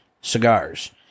cigars